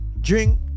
drink